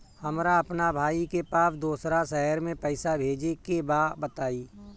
हमरा अपना भाई के पास दोसरा शहर में पइसा भेजे के बा बताई?